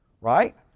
Right